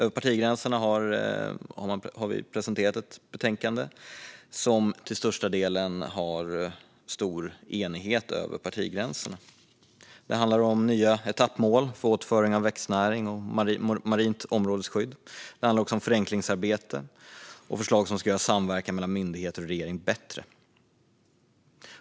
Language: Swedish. Vi har presenterat ett betänkande där det till största delen är stor enighet över partigränserna. Det handlar om nya etappmål för återföring av växtnäring och marint områdesskydd. Det handlar också om förenklingsarbete och förslag som ska göra samverkan mellan myndigheter och regering bättre.